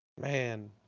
Man